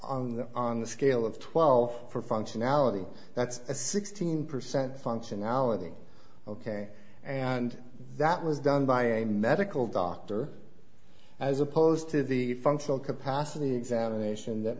the on the scale of twelve for functionality that's a sixteen percent functionality ok and that was done by a medical doctor as opposed to the functional capacity examination that